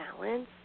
balance